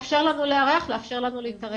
לאפשר לנו לארח ולהתארח.